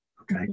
Okay